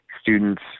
students